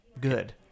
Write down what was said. good